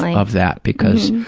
of that, because